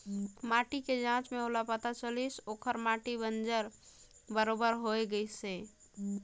माटी के जांच में ओला पता चलिस ओखर माटी बंजर बरोबर होए गईस हे